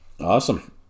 Awesome